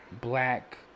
black